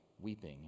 weeping